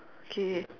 okay